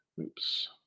oops